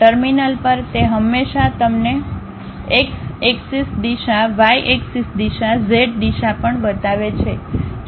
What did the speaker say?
terminal પર તે હંમેશાં તમને એક્સ એક્સિસ દિશા વાય એક્સિસ દિશા ઝેડ દિશા પણ બતાવે છે